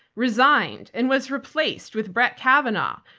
resigned and was replaced with brett kavanaugh,